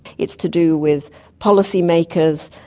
it's to do with policymakers,